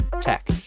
tech